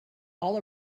all